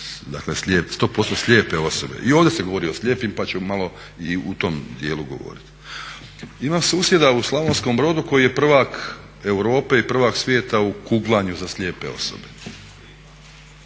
za 100% slijepe osobe. I ovdje se govori o slijepim pa ću malo i o tom dijelu govoriti. Imam susjeda u Slavonskom Brodu koji je prvak Europe i prvak svijeta u kuglanju za slijepe osobe,